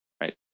right